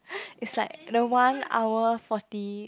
is like the one hour forty